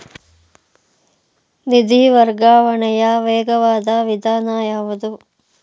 ನಿಧಿ ವರ್ಗಾವಣೆಯ ವೇಗವಾದ ವಿಧಾನ ಯಾವುದು?